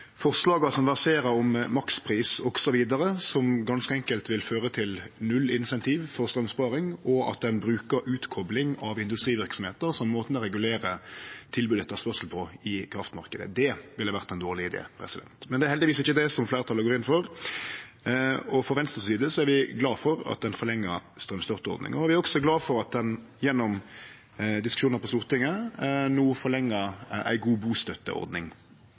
forslaga som verserer om makspris osv., som ganske enkelt vil føre til null insentiv for straumsparing, og at ein brukar utkopling av industriverksemder som måten å regulere tilbod og etterspurnad på i kraftmarknaden. Det ville vore ein dårleg idé. Det er heldigvis ikkje det fleirtalet går inn for. Frå Venstre si side er vi glade for at ein forlenger straumstøtteordninga, og vi er også glade for at ein gjennom diskusjonar på Stortinget no forlenger ei god bustøtteordning.